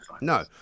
No